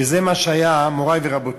וזה מה שהיה, מורי ורבותי.